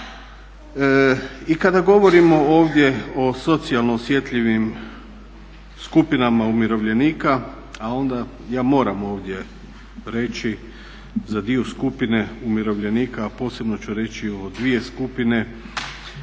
I kada govorimo ovdje o socijalno osjetljivim skupinama umirovljenika, a onda ja moram ovdje reći za dio skupine umirovljenika, a posebno ću reći o dvije skupine, a to su umirovljenici